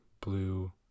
blue